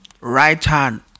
right-hand